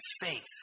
faith